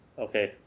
Okay